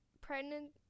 pregnant